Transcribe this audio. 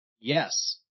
yes